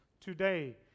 today